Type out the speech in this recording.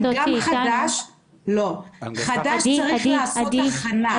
חדש צריך לעשות הכנה.